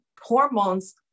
hormones